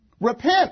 Repent